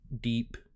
deep